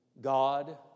God